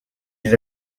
ils